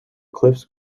cliffs